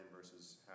versus